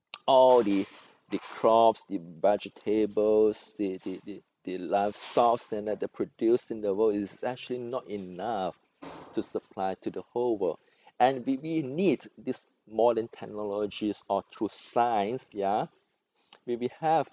all the the crops the vegetables the the the the livestocks that they produced in the world is actually not enough to supply to the whole world and we we need this more than technologies or through science ya we we have